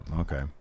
okay